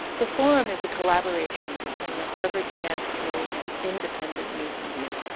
the forum is a collaboration between the harvard chan school and independent news media.